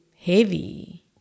heavy